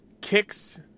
kicks